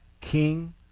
king